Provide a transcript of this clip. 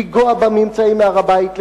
לנגוע בממצאים מהר-הבית,